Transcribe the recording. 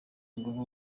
inguvu